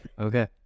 Okay